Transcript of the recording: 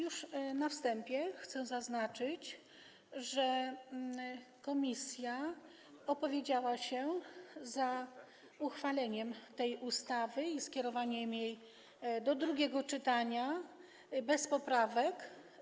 Już na wstępie chcę zaznaczyć, że komisja opowiedziała się za uchwaleniem tej ustawy i skierowaniem jej do drugiego czytania bez poprawek.